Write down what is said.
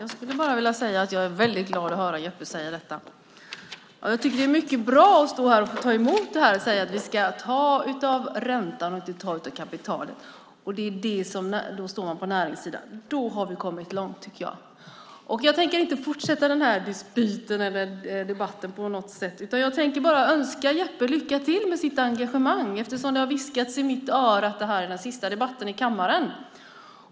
Herr talman! Jag är väldigt glad att höra Jeppe säga detta. Jag tycker att det känns mycket bra att få stå här och höra att han säger att vi ska ta av räntan och inte av kapitalet och att då står man på näringens sida. Då tycker jag att vi har kommit långt. Jag tänker inte fortsätta den här debatten, utan jag tänker bara önska Jeppe lycka till med sitt engagemang. Det har viskats i mitt öra att det här är den sista debatten i kammaren.